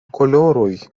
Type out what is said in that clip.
koloroj